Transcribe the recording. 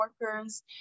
workers